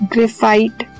Graphite